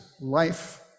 life